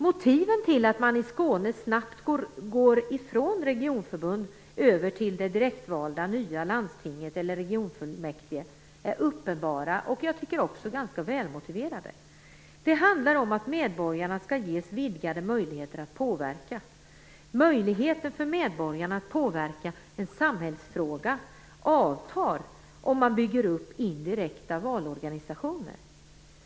Motiven till att man i Skåne snabbt går ifrån regionförbund över till det direktvalda nya landstinget eller regionfullmäktige är uppenbara och också ganska välmotiverade. Det handlar om att medborgarna skall ges vidgade möjligheter att påverka. Möjligheterna för medborgarna att påverka en samhällsfråga avtar om man bygger upp indirekta valorganisationer.